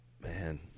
Man